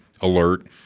alert